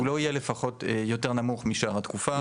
הוא לא יהיה לפחות יותר נמוך משאר התקופה,